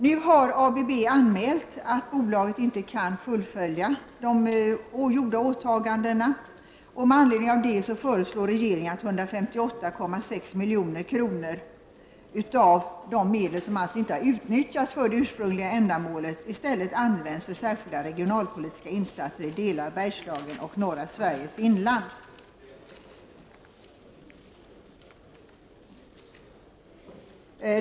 Nu har ABB anmält att bolaget inte kan fullfölja de gjorda åtagandena, och med anledning av det föreslår regeringen att 158,6 milj.kr. av de medel som alltså inte har utnyttjats för det ursprungliga ändamålet i stället används för särskilda regionalpolitiska insatser i delar av Bergslagen och norra Sveriges inland.